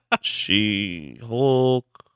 She-Hulk